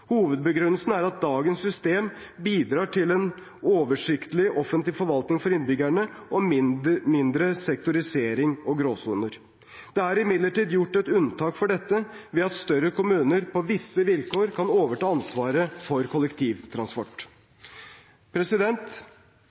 Hovedbegrunnelsen er at dagens system bidrar til en oversiktlig offentlig forvaltning for innbyggerne og mindre sektorisering og gråsoner. Det er imidlertid gjort et unntak fra dette, ved at større kommuner på visse vilkår kan overta ansvaret for kollektivtransport.